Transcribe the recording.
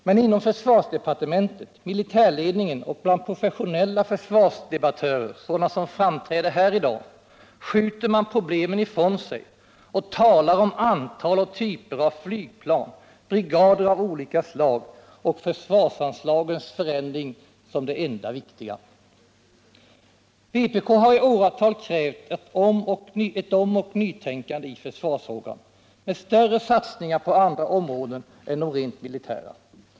Men inom försvarsdepartementet, = militärledningen och bland = professionella försvarsdebattörer — sådana som framträder här i dag — skjuter man problemen ifrån sig och talar om antal och typer av flygplan, brigader av olika slag och försvarsanslagens förändring som det enda viktiga. Vpk har i åratal krävt ett omoch nytänkande i försvarsfrågan, med större satsningar på andra områden än de rent militära.